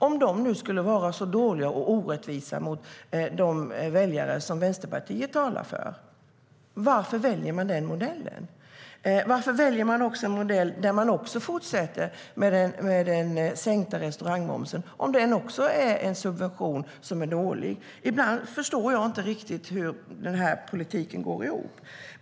Om de nu skulle vara så dåliga och orättvisa mot de väljare som Vänsterpartiet talar för, varför väljer man den modellen? Varför väljer man en modell där man också fortsätter med den sänkta restaurangmomsen om den är en subvention som är dålig? Ibland förstår jag inte riktigt hur den här politiken går ihop.